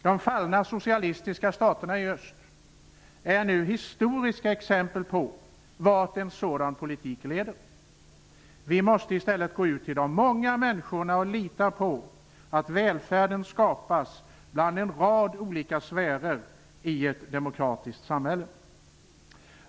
De fallna socialistiska staterna i öst är nu historiska exempel på vart en sådan politik leder. Vi måste i stället gå ut till de många människorna och lita på att välfärden skapas bland en rad olika sfärer i ett demokratiskt samhälle.